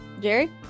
jerry